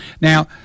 Now